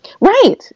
Right